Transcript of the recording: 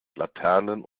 laternen